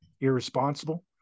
irresponsible